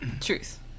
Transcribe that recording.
Truth